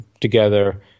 together